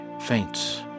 faints